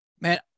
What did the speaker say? Man